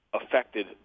affected